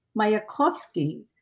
Mayakovsky